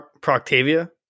Proctavia